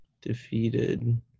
Defeated